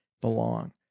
belong